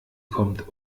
kommt